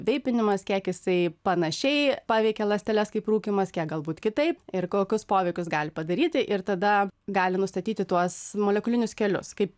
veipinimas kiek jisai panašiai paveikia ląsteles kaip rūkymas kiek galbūt kitaip ir kokius poveikius gali padaryti ir tada gali nustatyti tuos molekulinius kelius kaip